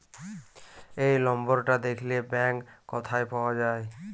এই লম্বরটা দ্যাখলে ব্যাংক ক্যথায় পাউয়া যায়